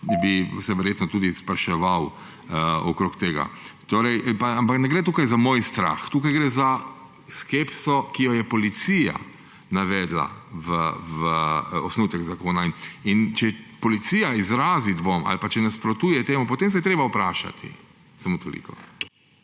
bi se verjetno tudi spraševal okrog tega. Ampak ne gre tukaj za moj strah. Tukaj gre za skepso, ki jo je policija navedla v osnutek zakona. In če policija izrazi dvom ali pa če nasprotuje temu, potem se je treba vprašati. Samo toliko.